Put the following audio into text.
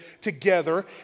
together